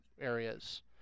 areas